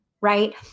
Right